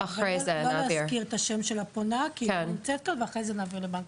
לא להזכיר את השם של הפונה היא לא נמצאת כאן ואחרי זה נעביר לבנק ישראל.